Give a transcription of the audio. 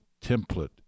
template